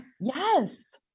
yes